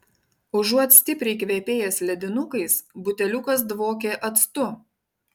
užuot stipriai kvepėjęs ledinukais buteliukas dvokė actu